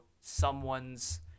someone's